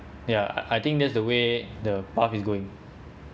ya I think that's the way the path is going